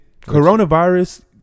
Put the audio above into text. coronavirus-